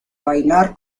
bailar